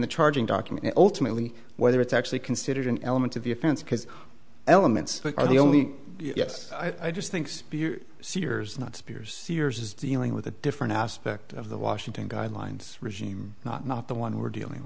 the charging document and ultimately whether it's actually considered an element of the offense because elements are the only yes i just think spears sears not spears sears is dealing with a different aspect of the washington guidelines regime not not the one we're dealing